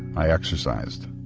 i exercised,